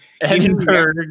Edinburgh